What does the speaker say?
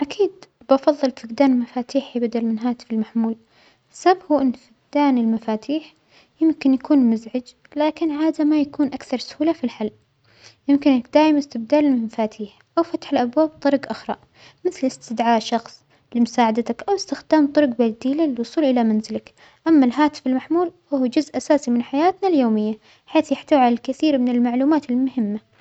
أكيد بفظل فقدان مفاتيجى بدل من هاتفي المحمول، السبب هو أن فجدان المفاتيح يمكن يكون مزعج لكن هذا ما يكون أكثر سهولة في الحل، يمكنك دائمًا استبدال المفاتيح أو فتح الأبواب بطرج أخرى مثل إستدعاء شخص لمساعدتك أو إستخدام طرج بديلة للوصول إلى منزلك، أما الهاتف المحمول هو جزء أساسى من حياتنا اليومية، حيث يحتوي على الكثير من المعلومات المهمة.